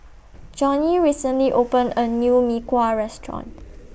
Johny recently opened A New Mee Kuah Restaurant